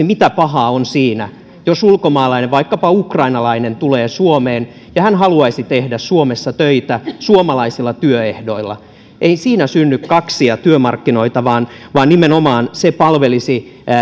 mitä pahaa on esimerkiksi siinä jos ulkomaalainen vaikkapa ukrainalainen tulee suomeen ja hän haluaisi tehdä suomessa töitä suomalaisilla työehdoilla ei siinä synny kaksia työmarkkinoita vaan se nimenomaan palvelisi